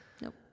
Nope